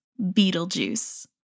Beetlejuice